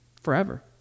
forever